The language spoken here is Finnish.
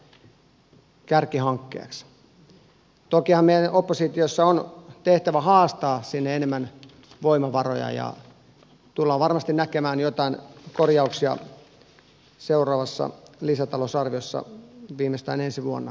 tokihan meidän tehtävämme oppositiossa on haastaa sinne enemmän voimavaroja ja varmasti tullaan näkemään joitain korjauksia seuraavassa lisätalousarviossa viimeistään ensi vuonna näin uskon